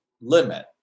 limit